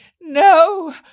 No